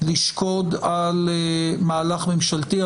לשקוד על מהלך ממשלתי,